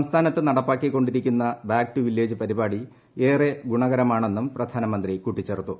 സംസ്ഥാനത്ത് നടപ്പാക്കി കൊണ്ടിരിക്കുന്ന ബാക് ടു വില്ലേജ് പരിപാടി ഏറെ ഗുണകരമാണെന്നും പ്രധാനമന്ത്രി കൂട്ടിച്ചേർത്തു